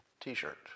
t-shirt